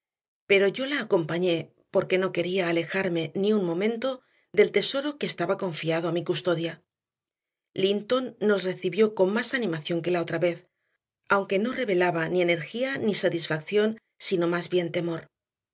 pero yo la acompañé porque no quería alejarme ni un momento del tesoro que estaba confiado a mi custodia linton nos recibió con más animación que la otra vez aunque no revelaba ni energía ni satisfacción sino más bien temor